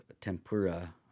tempura